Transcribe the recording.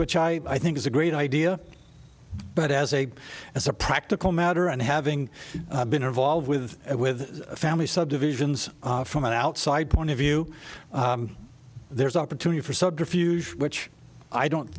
which i think is a great idea but as a as a practical matter and having been involved with it with family subdivisions from an outside point of view there's opportunity for subterfuge which i don't